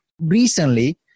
Recently